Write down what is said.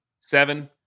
Seven